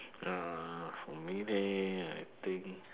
uh for me leh I think